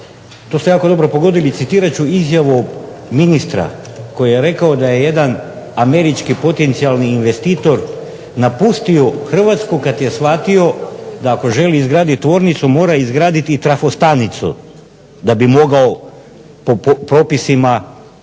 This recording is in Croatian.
To ste jako dobro pogodili. Citirat ću izjavu ministra koji je rekao da je jedan američki potencijalni investitor napustio Hrvatsku kad je shvatio da ako želi izgradit tvornicu mora izgradit i trafostanicu da bi mogao po propisima